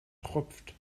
tropft